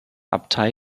abtei